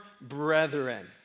brethren